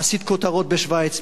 עשית כותרות בשווייץ,